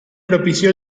propició